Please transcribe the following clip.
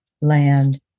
land